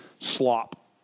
slop